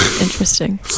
Interesting